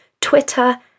Twitter